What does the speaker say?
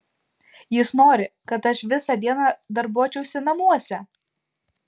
jis nori kad aš visą dieną darbuočiausi namuose